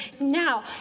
Now